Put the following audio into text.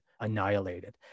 annihilated